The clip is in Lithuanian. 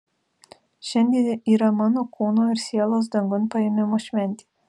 šiandien yra mano kūno ir sielos dangun paėmimo šventė